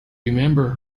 remember